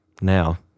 Now